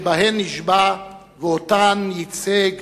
שבשמן נשבע ואותן ייצג